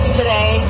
today